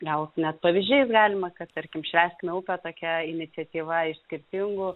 gal net pavyzdžiais galima kad tarkim švęskime upę tokia iniciatyva iš skirtingų